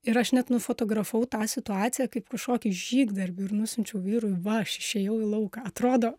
ir aš net nufotografavau tą situaciją kaip kažkokį žygdarbį ir nusiunčiau vyrui va aš išėjau į lauką atrodo